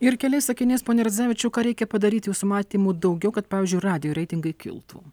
ir keliais sakiniais pone radzevičiau ką reikia padaryt jūsų matymu daugiau kad pavyzdžiui radijo reitingai kiltų